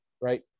right